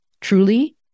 truly